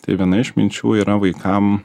tai viena iš minčių yra vaikam